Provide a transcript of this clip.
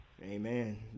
Amen